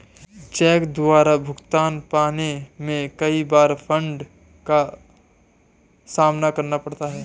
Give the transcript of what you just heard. check द्वारा भुगतान पाने में कई बार फ्राड का सामना करना पड़ता है